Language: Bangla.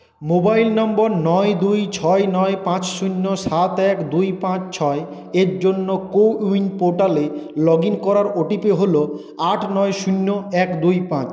মোবাইল নম্বর নয় দুই ছয় নয় পাঁচ শূন্য সাত এক দুই পাঁচ ছয় এর জন্য কো উইন পোর্টালে লগ ইন করার ও টি পি হল আট নয় শূন্য এক দুই পাঁচ